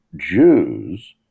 Jews